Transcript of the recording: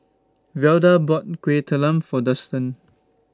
Velda bought Kueh Talam For Dustan